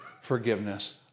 forgiveness